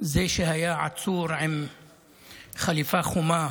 זה שהיה עצור עם חליפה חומה